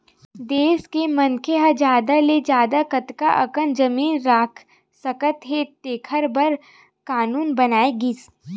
देस के मनखे ह जादा ले जादा कतना अकन जमीन राख सकत हे तेखर बर कान्हून बनाए गिस